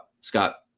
Scott